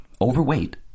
overweight